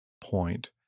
point